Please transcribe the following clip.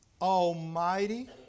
almighty